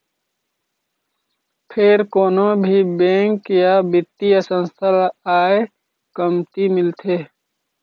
फेर कोनो भी बेंक या बित्तीय संस्था ल आय कमती मिलथे